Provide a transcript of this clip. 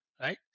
right